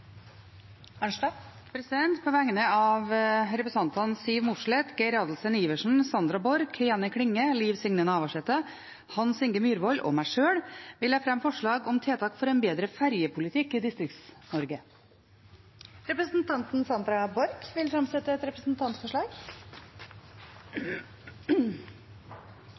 På vegne av representantene Siv Mossleth, Geir Adelsten Iversen, Sandra Borch, Jenny Klinge, Liv Signe Navarsete, Hans Inge Myrvold og meg sjøl vil jeg fremme forslag om tiltak for en bedre fergepolitikk i Distrikts-Norge. Representanten Sandra Borch vil fremsette et representantforslag.